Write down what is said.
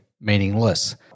meaningless